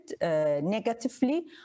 negatively